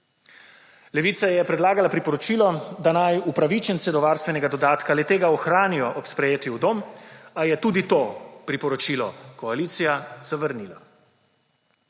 Levica je predlagala priporočilo, da naj upravičenci do varstvenega dodatka le tega ohranijo ob sprejetju v dom, a je tudi to priporočilo koalicija zavrnila.